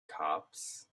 cops